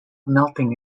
melting